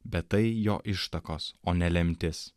bet tai jo ištakos o ne lemtis